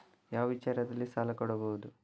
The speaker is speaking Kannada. ಯಾವ ವಿಚಾರದಲ್ಲಿ ಸಾಲ ಕೊಡಬಹುದು?